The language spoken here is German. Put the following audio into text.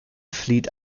flieht